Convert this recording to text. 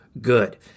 good